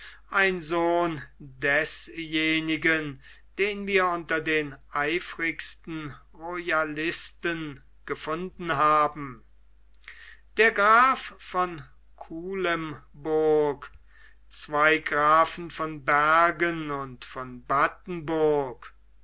ein sohn desjenigen den wir unter den eifrigsten royalisten gefunden haben der graf von kuilemburg zwei grafen von bergen und von battenburg